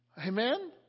amen